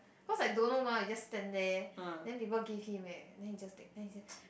cause I don't know mah I just stand there then people give him eh then he just take then he say